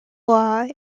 law